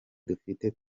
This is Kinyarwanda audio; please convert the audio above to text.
dufite